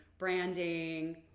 branding